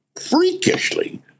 freakishly